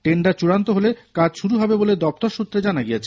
tender চূড়ান্ত হলে কাজ শুরু হবে বলে দপ্তৱ সৃত্ৰে জানা গিয়েছে